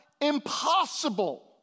Impossible